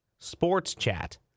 sportschat